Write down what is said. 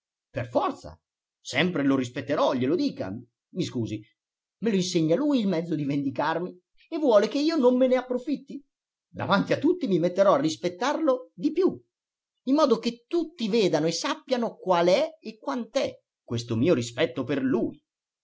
per forza sempre lo rispetterò glielo dica i scusi me lo insegna lui il mezzo di vendicarmi e vuole che io non me n'approfitti davanti a tutti mi metterò a rispettarlo di più in modo che tutti vedano e sappiano qual è e quant'è questo mio rispetto per lui